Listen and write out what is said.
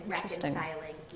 reconciling